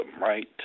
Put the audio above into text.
right